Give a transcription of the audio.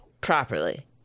properly